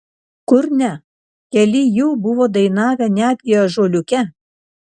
kur ne keli jų buvo dainavę netgi ąžuoliuke